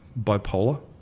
bipolar